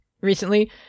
recently